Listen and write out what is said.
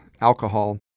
alcohol